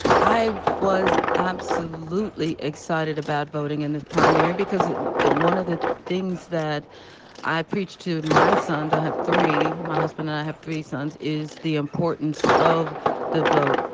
i was absolutely excited about voting in this primary because ah one of the things that i preach to my sons, i have three, my husband and i have three sons, is the importance of the vote.